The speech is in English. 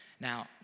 Now